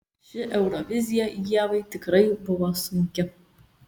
ši eurovizija ievai tikrai buvo sunki